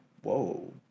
Whoa